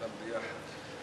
כולם יחד.